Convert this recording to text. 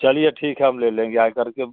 चलिए ठीक है हम ले लेंगे आकर के